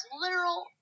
literal